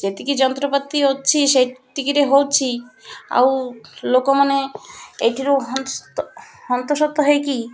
ଯେତିକି ଯନ୍ତ୍ରପାତି ଅଛି ସେତିକିରେ ହେଉଛି ଆଉ ଲୋକମାନେ ଏଠାରୁ ହନ୍ତସନ୍ତ ହେଇକି